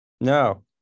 No